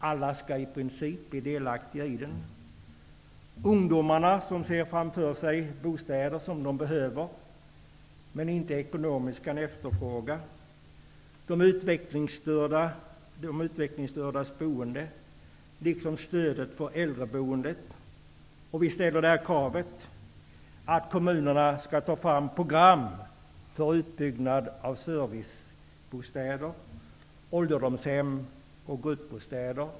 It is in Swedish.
Alla skall i princip bli delaktiga i den: Ungdomarna, som ser framför sig bostäder som de behöver men inte ekonomiskt kan efterfråga; de utvecklingsstördas boende, liksom stödet för äldreboendet. Vi ställer kravet att kommunerna skall ta fram program för utbyggnad av servicebostäder, ålderdomshem och gruppbostäder.